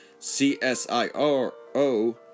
CSIRO